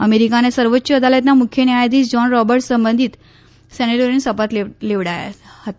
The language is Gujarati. અમેરિકાની સર્વોચ્ય અદાલતના મુખ્ય ન્યાયાધીશ જોન રોબર્ટ્સે સંબંધીત સેનેટરોને શપથ લેવડાવ્યા હતા